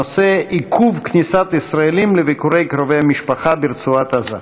הנושא: עיכוב כניסת ישראלים לביקורי קרובי משפחה ברצועת-עזה.